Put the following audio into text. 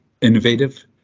innovative